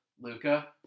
Luca